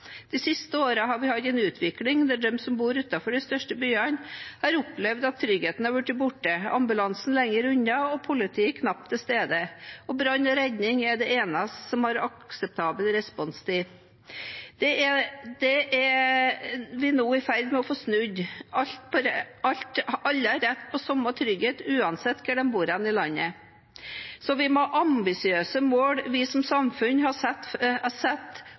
De siste årene har vi hatt en utvikling der de som bor utenfor de største byene, har opplevd at tryggheten har blitt borte, ambulansen lenger unna, og politiet er knapt til stede – og brann og redning er de eneste som har akseptabel responstid. Dette er vi nå i ferd med å få snudd. Alle har rett på samme trygghet uansett hvor i landet de bor. Ambisiøse mål vi som samfunn har satt, må gjelde for oss alle uansett om man lever ytterst i havgapet eller i de dype skoger. Hurdalsplattformen har